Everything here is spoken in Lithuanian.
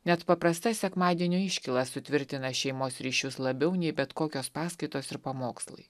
net paprasta sekmadienio iškyla sutvirtina šeimos ryšius labiau nei bet kokios paskaitos ir pamokslai